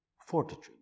fortitude